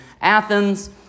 Athens